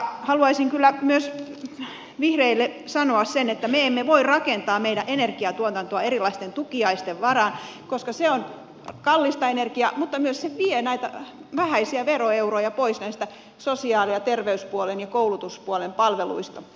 haluaisin kyllä myös vihreille sanoa sen että me emme voi rakentaa meidän energiatuotantoamme erilaisten tukiaisten varaan koska se on kallista energiaa mutta se myös vie näitä vähäisiä veroeuroja pois näistä sosiaali ja terveyspuolen ja koulutuspuolen palveluista